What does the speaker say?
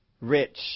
rich